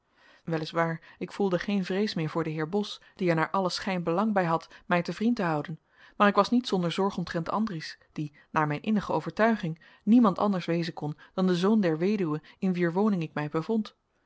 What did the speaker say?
waar ik voedde geen vrees meer voor den heer bos die er naar allen schijn belang bij had mij te vriend te houden maar ik was niet zonder zorg omtrent andries die naar mijn innige overtuiging niemand anders wezen kon dan de zoon der weduwe in wier woning ik mij